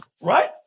Right